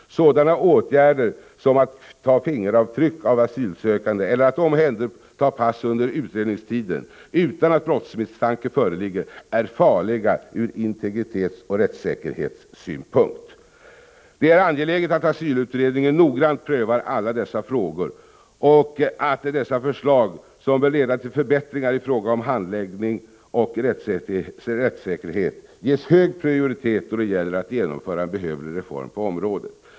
Sådana åtgärder som att ta fingeravtryck av asylsökande eller att omhänderta pass under utredningstiden, utan att brottsmisstanke föreligger, är farliga ur integritetsoch rättssäkerhetssynpunkt. Det är angeläget att asylutredningen noggrant pröver alla dessa frågor och att dess förslag, som bör leda till förbättringar i fråga om handläggning och rättssäkerhet, ges hög prioritet då det gäller att genomföra en behövlig reform på området.